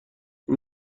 این